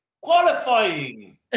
qualifying